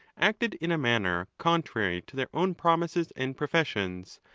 acted in a manner contrary to their own promises and professions,